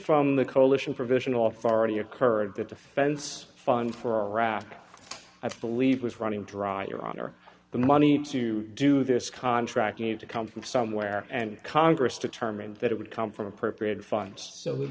from the coalition provisional authority occurred the defense fund for our rock i believe was running dry your honor the money to do this contract need to come from somewhere and congress determined that it would come from appropriated funds so it